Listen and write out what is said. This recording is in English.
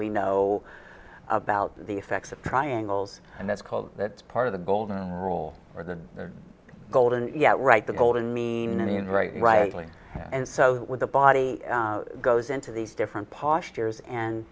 we know about the effects of triangles and that's called that part of the golden rule or the golden yeah right the golden mean and very rightly and so with the body goes into these different postures and